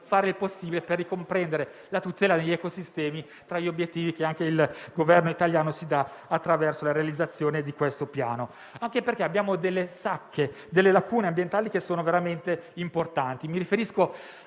fare il possibile per ricomprendere la tutela degli ecosistemi tra gli obiettivi che il Governo italiano si è dato attraverso la realizzazione del Piano. Abbiamo delle sacche e delle lacune ambientali veramente importanti. Mi riferisco